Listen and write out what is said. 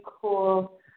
cool